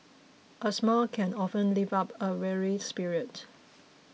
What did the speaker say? a smile can often lift up a weary spirit